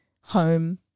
home